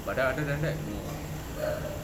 but then other than that no ah